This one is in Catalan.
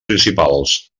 principals